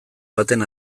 baten